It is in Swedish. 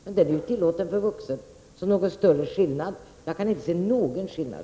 Men filmen är ju tillåten för vuxna, så jag kan inte se någon skillnad.